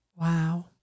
Wow